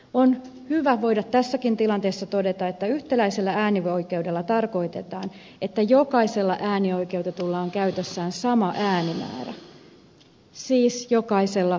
on hyvä voida tässäkin tilanteessa todeta että yhtäläisellä äänioikeudella tarkoitetaan sitä että jokaisella äänioikeutetulla on käytössään sama äänimäärä siis jokaisella yksi ääni